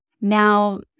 Now